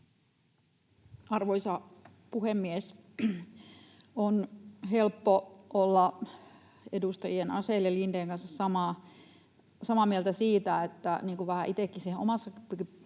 Arvoisa puhemies! On helppo olla edustajien Asell ja Lindén kanssa samaa mieltä siitä, niin kuin vähän itsekin omassa,